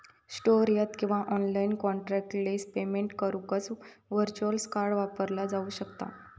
store यात किंवा online contactless payment करुक व्हर्च्युअल कार्ड वापरला जाऊ शकता